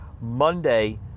Monday